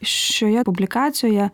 šioje publikacijoje